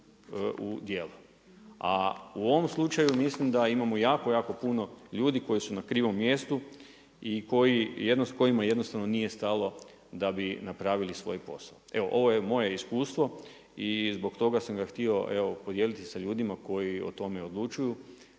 u djelo. A u ovom slučaju ja mislim da imamo jako, jako puno ljudi koji su na krivom mjestu i kojima jednostavno nije stalo da bi napravili svoj posao. Evo ovo je moje iskustvo i zbog toga sam ga htio evo podijeliti sa ljutima koji o tome odlučuju.